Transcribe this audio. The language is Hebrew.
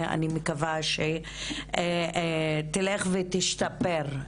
אני מקווה שתלך ותשתפר,